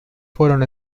fueron